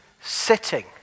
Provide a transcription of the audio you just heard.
sitting